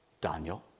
Daniel